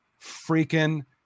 freaking